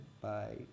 bye